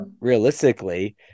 realistically